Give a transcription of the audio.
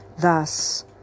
Thus